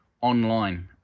online